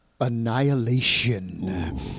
Annihilation